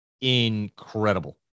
incredible